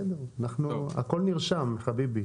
הכול נרשם, חביבי.